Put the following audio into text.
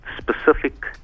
specific